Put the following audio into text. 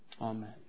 Amen